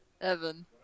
Evan